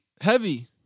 heavy